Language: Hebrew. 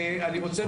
אני רוצה,